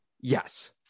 Yes